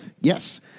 Yes